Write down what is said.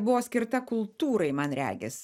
buvo skirta kultūrai man regis